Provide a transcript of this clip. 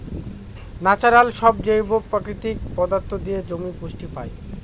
natural সব জৈব প্রাকৃতিক পদার্থ দিয়ে জমি পুষ্টি পায়